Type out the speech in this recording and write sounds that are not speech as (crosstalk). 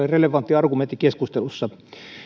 (unintelligible) relevantti argumentti keskustelussa